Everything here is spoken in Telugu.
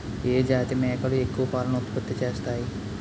ఏ జాతి మేకలు ఎక్కువ పాలను ఉత్పత్తి చేస్తాయి?